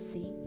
See